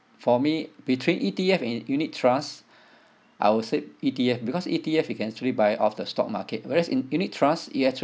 for me between E_T_F and unit trust I would say E_T_F because E_T_F you can actually buy off the stock market whereas in unit trust you actually